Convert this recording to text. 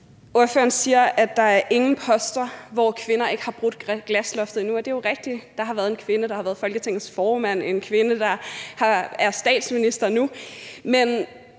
Ordføreren siger, at der ikke er nogen poster, hvor kvinder ikke er brudt igennem glasloftet endnu, og det er jo rigtigt – det er en kvinde, der har været Folketingets formand; det er en kvinde, der er statsminister nu. Men